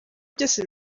byose